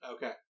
Okay